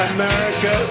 America